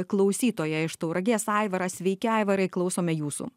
klausytoją iš tauragės aivarą sveiki aivarai klausome jūsų